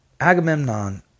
Agamemnon